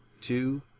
two